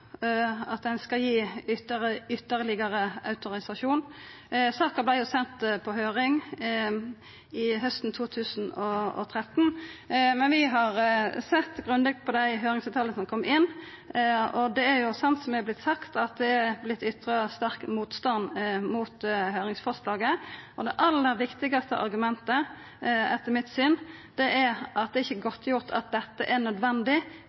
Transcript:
at ein skal gi ytterlegare autorisasjon. Saka vart send på høyring hausten 2013. Vi har sett grundig på dei høyringsfråsegnene som kom inn, og det er slik som det er sagt, at det er ytra sterk motstand mot høyringsforslaget. Det aller viktigaste argumentet etter mitt syn er at det ikkje er godtgjort at dette er nødvendig